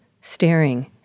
staring